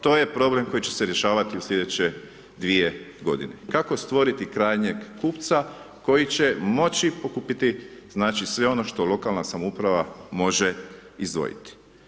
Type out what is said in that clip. To je problem koji će se rješavati u slijedeće 2 g., kako stvoriti krajnjeg kupca koji će moći pokupiti znači sve ono što lokalna samouprava može izdvojiti.